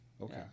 Okay